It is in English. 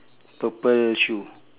purple shoe